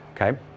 Okay